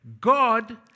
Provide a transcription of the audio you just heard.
God